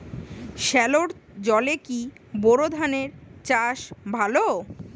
সেলোর জলে কি বোর ধানের চাষ ভালো?